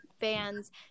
fans